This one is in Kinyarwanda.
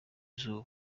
izuba